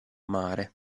mare